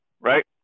right